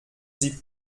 sie